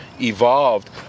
evolved